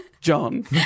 John